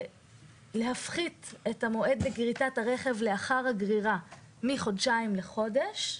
להפחית את המועד לגריטת הרכב לאחר הגרירה מחודשיים לחודש.